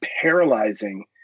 paralyzing